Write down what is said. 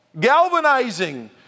galvanizing